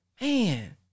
man